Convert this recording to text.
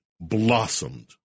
blossomed